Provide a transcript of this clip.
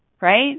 right